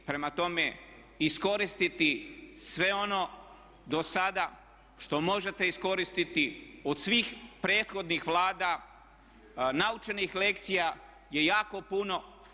Prema tome, iskoristiti sve ono dosada što možete iskoristiti od svih prethodnih Vlada, naučenih lekcija je jako puno.